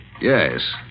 Yes